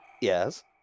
Yes